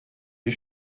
die